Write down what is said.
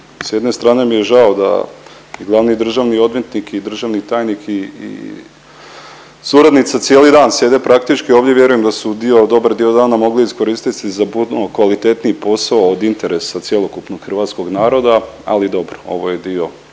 s jedne strane mi je žao da glavni državni odvjetnik i državni tajnik i suradnica cijeli dan sjede praktički ovdje i vjerujem da su dio, dobar dio dana mogli iskoristiti za puno kvalitetniji posao od interesa cjelokupnog hrvatskog naroda, ali dobro, ovo je dio,